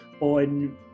on